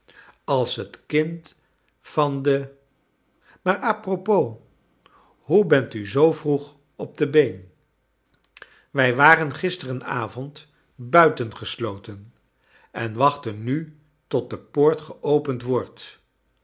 als het kind van de maar a propos hoe bent u zoo vroeg op de been wij waren gisterenavond buitengesloten en wachten nu tot de poort geopend wordt